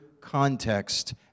context